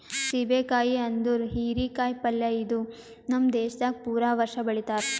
ಸೀಬೆ ಕಾಯಿ ಅಂದುರ್ ಹೀರಿ ಕಾಯಿ ಪಲ್ಯ ಇದು ನಮ್ ದೇಶದಾಗ್ ಪೂರಾ ವರ್ಷ ಬೆಳಿತಾರ್